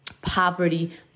poverty